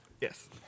Yes